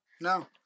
No